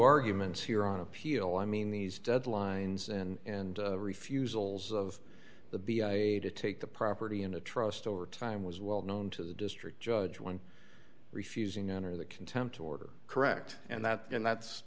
arguments here on appeal i mean these deadlines and refusals of the b i to take the property in a trust overtime was well known to the district judge one refusing to enter the contempt order correct and that's going that's